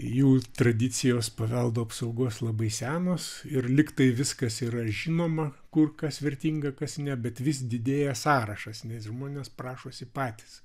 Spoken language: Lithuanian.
jų tradicijos paveldo apsaugos labai senos ir lyg tai viskas yra žinoma kur kas vertinga kas ne bet vis didėja sąrašas nes žmonės prašosi patys